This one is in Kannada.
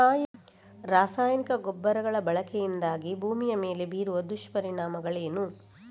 ರಾಸಾಯನಿಕ ಗೊಬ್ಬರಗಳ ಬಳಕೆಯಿಂದಾಗಿ ಭೂಮಿಯ ಮೇಲೆ ಬೀರುವ ದುಷ್ಪರಿಣಾಮಗಳೇನು?